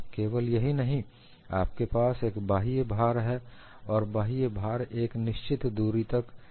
केवल यही नहीं आपके पास एक बाह्य भार है और यह बाह्य भार एक निश्चित दूरी तक चला है